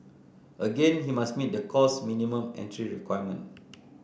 again he must meet the course minimum entry requirement